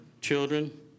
children